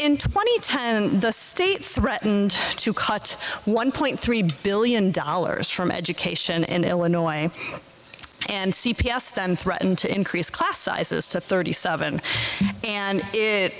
in twenty times the state threatened to cut one point three billion dollars from education in illinois and c p s then threaten to increase class sizes to thirty seven and it